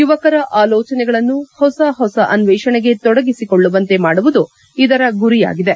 ಯುವಕರ ಆಲೋಚನೆಗಳನ್ನು ಹೊಸ ಹೊಸ ಆನ್ವೇಷಣೆಗೆ ತೊಡಗಿಸಿಕೊಳ್ಳುವಂತೆ ಮಾಡುವುದು ಇದರ ಗುರಿಯಾಗಿದೆ